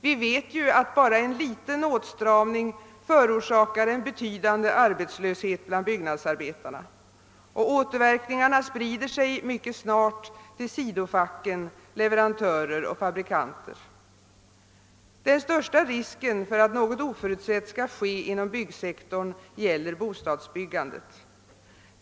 Vi vet att bara en liten åtstramning förorsakar en betydande arbetslöshet bland byggnadsarbetarna. Och återverkningarna sprider sig mycket snart till sidofacken, leverantörer och fabrikanter. Den största risken för att något oförutsett skall ske inom byggsektorn gäller bostadsbyggandet.